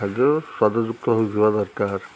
ଖାଦ୍ୟ ସ୍ୱାଦଯୁକ୍ତ ହୋଇଥିବା ଦରକାର